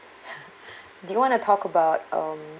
do you wanna talk about um